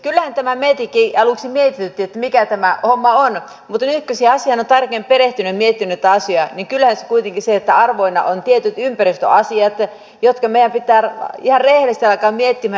kyllähän tämä meitäkin aluksi mietitytti mikä tämä homma on mutta nyt kun siihen asiaan on tarkemmin perehtynyt ja miettinyt tätä asiaa niin kyllähän arvoina ovat tietyt ympäristöasiat joita meidän pitää ihan rehellisesti alkaa miettimään